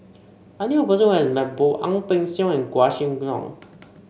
I knew a person who has met both Ang Peng Siong and Quah Kim Song